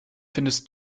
findest